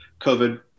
COVID